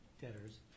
debtors